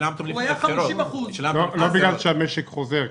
הוא היה 50%. לא בגלל שהמשק חוזר.